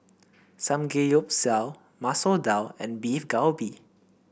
Samgeyopsal Masoor Dal and Beef Galbi